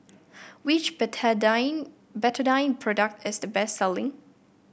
which Betadine Betadine product is the best selling